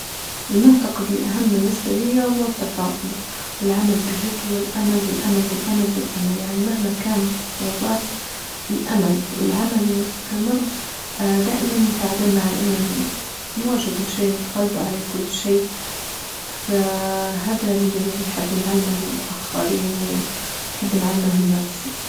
المعتقد الأهم بالنسبة ليا هو التفاؤل والعمل بجد والأمل والأمل والأمل والأمل يعني مهما كانت الصعوبات الأمل والعمل المستمر آآ دائما يساعدنا على اننا نواجهوا كل شيء نتغلبوا علي كل شيء فهادا اللي نحب نعلمه للاخرين ونحب نعلمه لنفسي.